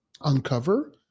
uncover